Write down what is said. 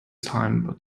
time